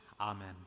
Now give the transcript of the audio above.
Amen